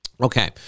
Okay